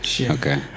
Okay